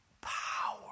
power